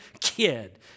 kid